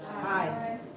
Hi